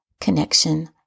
connection